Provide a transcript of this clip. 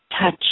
touch